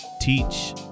teach